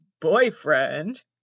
boyfriend